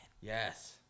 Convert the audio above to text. Yes